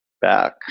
Back